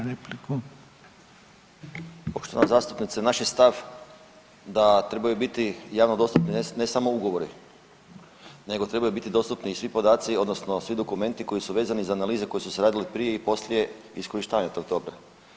Poštovana zastupnice, naš je stav da trebaju biti javno dostupni ne samo ugovori, nego trebaju biti dostupni i svi podaci odnosno svi dokumenti koji su vezani za analize koje su se radile prije i poslije iskorištavanja tog toka.